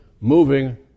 moving